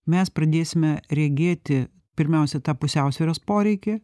mes pradėsime regėti pirmiausia tą pusiausvyros poreikį